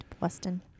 Weston